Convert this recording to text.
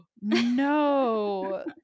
no